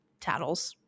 tattles